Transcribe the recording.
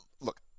look